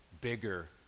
bigger